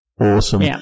awesome